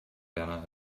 werner